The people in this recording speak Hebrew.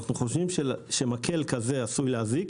אנחנו חושבים שמקל כזה עשוי להזיק,